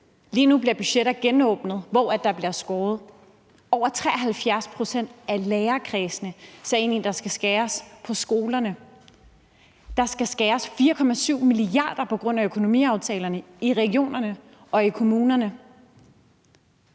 Lige nu bliver budgetter genåbnet, og der bliver skåret ned. Over 73 pct. af lærerkredsene sagde, at der skal skæres på skolerne. Der skal skæres 4,7 mia. kr. på grund af økonomiaftalerne i regionerne og i kommunerne.